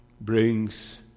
Brings